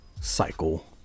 cycle